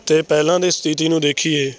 ਅਤੇ ਪਹਿਲਾਂ ਦੀ ਸਥਿਤੀ ਨੂੰ ਦੇਖੀਏ